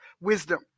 wisdom